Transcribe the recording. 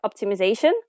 optimization